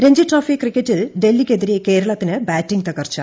Ranji trophy ക്രിക്കറ്റിൽ ഡൽഹിക്കെതിരെ കേരളത്തിന് ബാറ്റിംഗ് തകർച്ചു